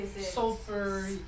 sulfur